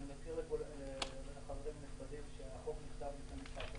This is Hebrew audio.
אני מזכיר לחברים הנכבדים שהחוק נכתב לפני כמה חודשים,